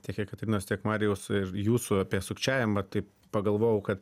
tiek ir jekaterinos tiek marijaus ir jūsų apie sukčiavimą taip pagalvojau kad